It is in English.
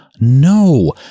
no